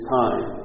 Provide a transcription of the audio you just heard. time